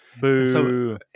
Boo